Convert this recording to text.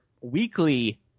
weekly